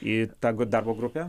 į tegu darbo grupę